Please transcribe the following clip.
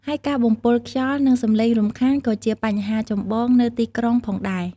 ហើយការបំពុលខ្យល់ និងសំឡេងរំខានក៏ជាបញ្ហាចម្បងនៅទីក្រុងផងដែរ។